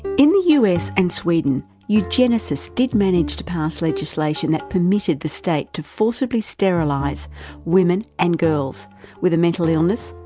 in the us and sweden, eugenicists did manage to pass legislation that permitted the state to forcibly sterilise women and girls with a mental illness,